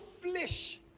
flesh